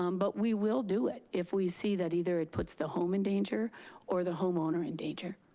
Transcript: um but we will do it if we see that either it puts the home in danger or the homeowner in danger.